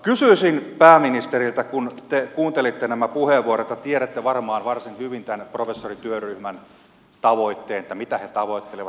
kysyisin pääministeriltä kun te kuuntelitte nämä puheenvuorot ja tiedätte varmaan varsin hyvin tämän professorityöryhmän tavoitteen mitä he tavoittelevat